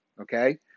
okay